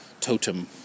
totem